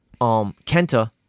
Kenta